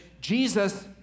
Jesus